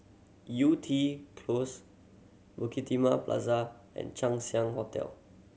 Yew Tee Close Bukit Timah Plaza and Chang Ziang Hotel